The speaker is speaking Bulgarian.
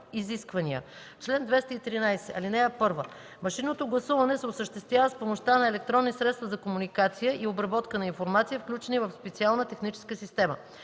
Изисквания Чл. 213. (1) Машинното гласуване се осъществява с помощта на електронни средства за комуникация и обработка на информация, включени в специална техническа система.